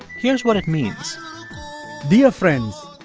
here's what it means dear friends,